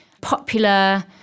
popular